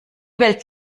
welt